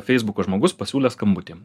feisbuko žmogus pasiūlė skambutį